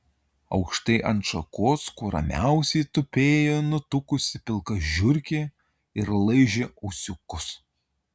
aukštai ant šakos kuo ramiausiai tupėjo nutukusi pilka žiurkė ir laižė ūsiukus